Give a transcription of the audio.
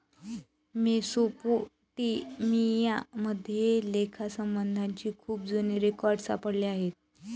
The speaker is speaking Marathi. मेसोपोटेमिया मध्ये लेखासंबंधीचे खूप जुने रेकॉर्ड सापडले आहेत